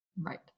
Right